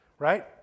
right